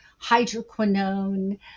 hydroquinone